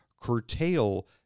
curtail